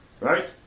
right